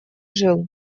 жил